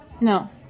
No